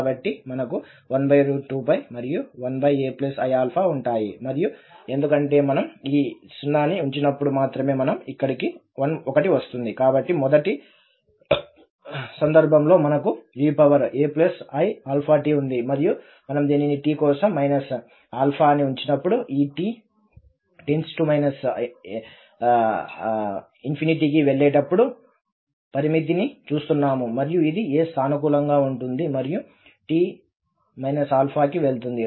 కాబట్టి మనకు 12 మరియు 1aiα ఉంటాయి మరియు ఎందుకంటే మనం ఈ 0 ని ఉంచినప్పుడు మాత్రమే మనం ఇక్కడికి 1 వస్తుంది కాబట్టి మొదటి సందర్భంలో మనకు eaiαt ఉంది మరియు మనం దీనిని t కోసం ∞ అని ఉంచినప్పుడు ఈ t ∞ కి వెళ్లేటప్పుడు పరిమితిని చూస్తున్నాము మరియు ఇది a సానుకూలంగా ఉంటుంది మరియు t ∞ కి వెళుతుంది